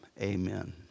amen